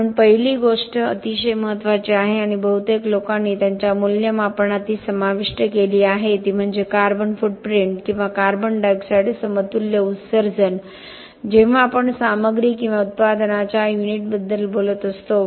म्हणून पहिली गोष्ट अतिशय महत्त्वाची आहे आणि बहुतेक लोकांनी त्यांच्या मूल्यमापनात ती समाविष्ट केली आहे ती म्हणजे कार्बन फूटप्रिंट किंवा कार्बन डायऑक्साइड समतुल्य उत्सर्जन जेव्हा आपण सामग्री किंवा उत्पादनाच्या युनिटबद्दल बोलत असतो